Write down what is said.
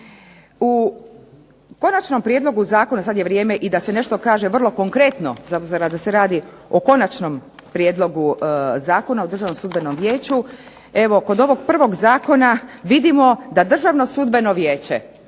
U konačnom prijedlogu zakona, sad je vrijeme i da se nešto kaže vrlo konkretno, s obzirom da se radi o Konačnom prijedlogu Zakona o Državnom sudbenom vijeću, evo kod ovog prvog zakona vidimo da Državno sudbeno vijeće